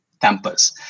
campus